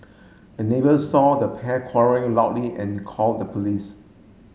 a neighbour saw the pair quarrelling loudly and call the police